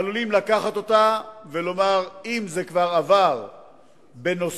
לקחת אותה ולומר: אם זה כבר עבר בנושא